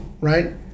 Right